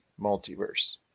Multiverse